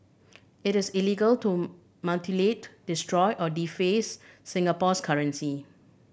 it is illegal to mutilate destroy or deface Singapore's currency